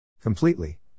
Completely